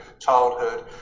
childhood